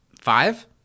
Five